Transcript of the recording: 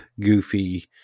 goofy